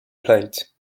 plate